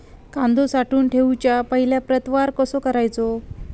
कांदो साठवून ठेवुच्या पहिला प्रतवार कसो करायचा?